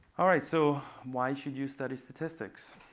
all right, so why should you study statistics?